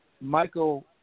Michael